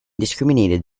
discriminated